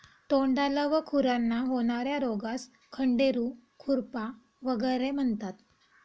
तोंडाला व खुरांना होणार्या रोगास खंडेरू, खुरपा वगैरे म्हणतात